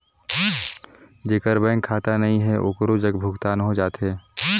जेकर बैंक खाता नहीं है ओकरो जग भुगतान हो जाथे?